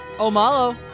O'MALO